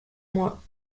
moi